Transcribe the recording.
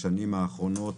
בשנים האחרונות,